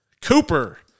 Cooper